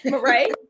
right